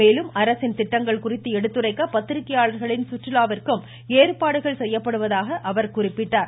மேலும் அரசின் திட்டங்கள் குறித்து எடுத்துரைக்க பத்திரிகையாளர்களின் சுற்றுலாவிற்கும் ஏற்பாடுகள் செய்யப்படுவதாக அவர் குறிப்பிட்டார்